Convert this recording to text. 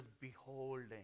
beholding